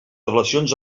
relacions